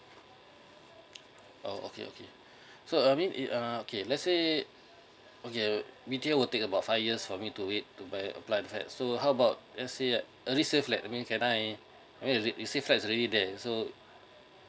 oh okay okay so I mean it uh okay let's say okay uh B_T_O will take about five years for me to wait to buy a flat so how about let say a resale flat I mean can I I mean resale flat is already there so